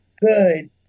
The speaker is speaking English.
good